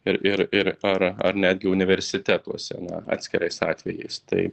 ir ir ir ar ar netgi universitetuose na atskirais atvejais tai